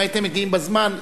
אם הייתם מגיעים בזמן.